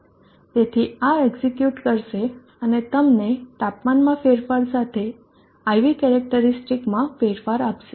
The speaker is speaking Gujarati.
તેથી આ એક્ઝીક્યુટ કરશે અને તમને તાપમાનમાં ફેરફાર સાથે IV કેરેક્ટરીસ્ટિકસમાં ફેરફાર આપશે